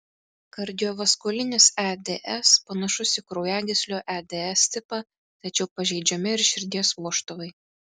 kardiovaskulinis eds panašus į kraujagyslių eds tipą tačiau pažeidžiami ir širdies vožtuvai